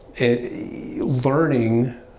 learning